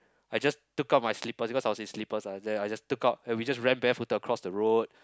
I just took out my slippers because I was in slippers ah then I just took out and we just ran barefooted across the road